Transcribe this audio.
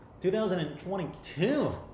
2022